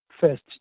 first